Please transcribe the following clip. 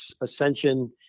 Ascension